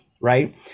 right